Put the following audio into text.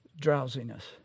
drowsiness